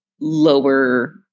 lower